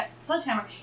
sledgehammer